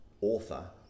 author